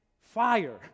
fire